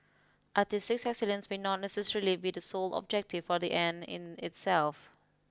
artistic excellence may not necessarily be the sole objective or the end in itself